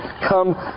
come